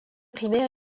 primaire